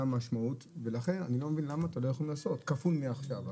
המשמעות ולכן אני לא מבין למה אתה לא יכול לעשות כפול מעכשיו,